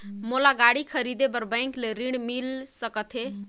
मोला गाड़ी खरीदे बार बैंक ले ऋण मिल सकथे?